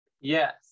Yes